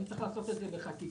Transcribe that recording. אם צריך לעשות את זה בחקיקה,